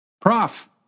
Prof